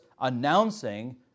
announcing